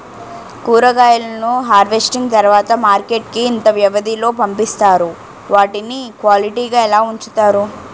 కూరగాయలను హార్వెస్టింగ్ తర్వాత మార్కెట్ కి ఇంత వ్యవది లొ పంపిస్తారు? వాటిని క్వాలిటీ గా ఎలా వుంచుతారు?